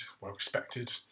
well-respected